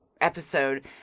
episode